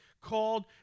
called